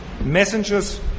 Messengers